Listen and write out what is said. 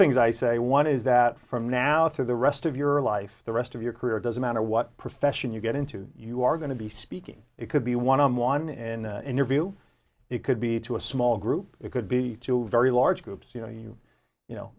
things i say one is that from now through the rest of your life the rest of your career doesn't matter what profession you get into you are going to be speaking it could be one on one interview it could be to a small group it could be two very large groups you know you you know